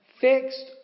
fixed